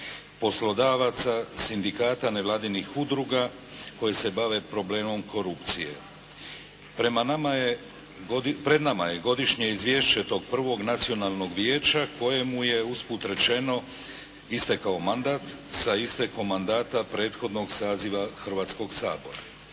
poslodavaca, sindikata nevladinih udruga koje se bave problemom korupcije. Pred nama je godišnje izvješće tog prvog Nacionalnog vijeća kojemu je usput rečeno istekao mandat sa istekom mandata prethodnog saziva Hrvatskog sabora.